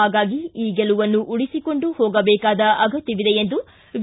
ಹಾಗಾಗಿ ಈ ಗೆಲುವನ್ನು ಉಳಿಸಿಕೊಂಡು ಹೋಗಬೇಕಾದ ಅಗತ್ಯವಿದೆ ಎಂದು ವಿ